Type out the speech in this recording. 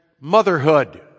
motherhood